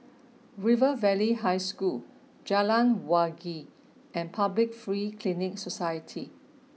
River Valley High School Jalan Wangi and Public Free Clinic Society